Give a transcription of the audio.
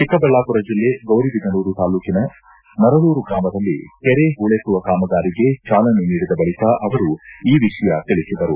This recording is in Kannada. ಚಿಕ್ಕಬಳ್ಳಾಪುರ ಜಿಲ್ಲೆ ಗೌರಿಬಿದನೂರು ತಾಲೂಕಿನ ಮರಳೂರು ಗ್ರಾಮದಲ್ಲಿ ಕೆರೆ ಹೂಕೆತ್ತುವ ಕಾಮಗಾರಿಗೆ ಚಾಲನೆ ನೀಡಿದ ಬಳಿಕ ಅವರು ಈ ವಿಷಯ ತಿಳಿಸಿದರು